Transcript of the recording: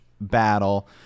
battle